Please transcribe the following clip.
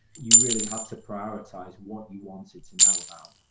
you really have to prioritize what you wanted to know about.